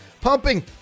pumping